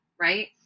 right